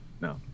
no